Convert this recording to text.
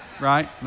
right